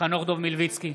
חנוך דב מלביצקי,